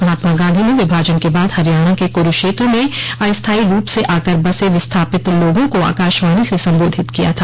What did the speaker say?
महात्मा गांधी ने विभाजन के बाद हरियाणा के कुरूक्षेत्र में अस्थाई रूप से आकर बसे विस्थापित लोगों को आकाशवाणी से संबोधित किया था